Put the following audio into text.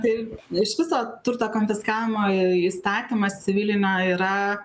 tai iš viso turto konfiskavimo įstatymas civilinio yra